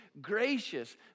gracious